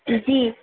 जी